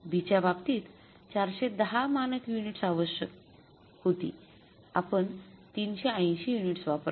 B च्या बाबतीत ४१० मानक युनिट्स आवश्यक होती आपण ३८० युनिट्स वापरले